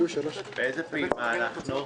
באיזו פעימה אנחנו?